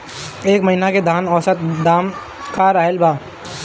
एह महीना धान के औसत दाम का रहल बा?